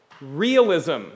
Realism